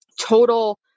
total